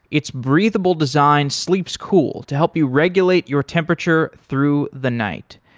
its breathable design slips cool to help you regulate your temperature through the night.